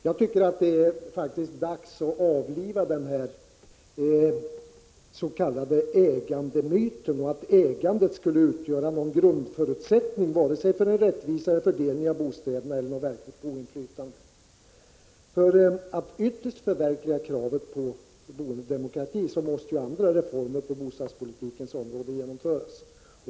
Jag tycker att det faktiskt är dags att avliva den här s.k. ägandemyten. Ägandet utgör varken någon grundförutsättning för en rättvisare fördelning av bostäderna eller något verkligt boendeinflytande. För att ytterst förverkliga kravet på boendedemokrati måste ju andra reformer på bostadspolitikens område genomföras.